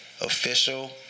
Official